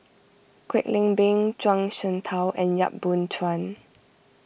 Kwek Leng Beng Zhuang Shengtao and Yap Boon Chuan